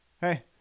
hey